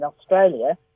Australia